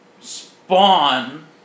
Spawn